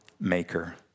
maker